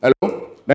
Hello